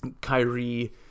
Kyrie